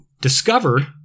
discovered